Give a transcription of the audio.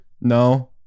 No